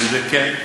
כן כן,